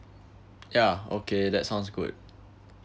ya okay that sounds good